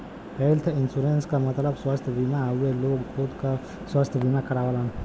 health insurance क मतलब स्वस्थ बीमा हउवे लोग खुद क स्वस्थ बीमा करावलन